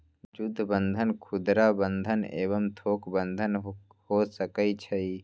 जुद्ध बन्धन खुदरा बंधन एवं थोक बन्धन हो सकइ छइ